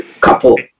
couple